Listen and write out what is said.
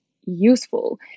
useful